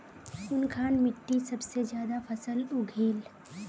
कुनखान मिट्टी सबसे ज्यादा फसल उगहिल?